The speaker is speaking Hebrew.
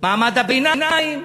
מעמד הביניים.